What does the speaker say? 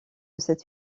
cette